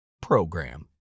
program